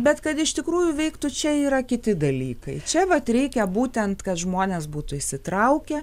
bet kad iš tikrųjų veiktų čia yra kiti dalykai čia vat reikia būtent kad žmonės būtų įsitraukę